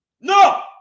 No